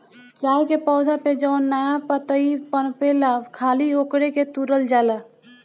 चाय के पौधा पे जवन नया पतइ पनपेला खाली ओकरे के तुरल जाला